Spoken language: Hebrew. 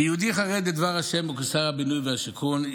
כיהודי חרד לדבר ה' וכשר הבינוי והשיכון,